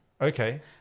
Okay